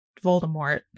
Voldemort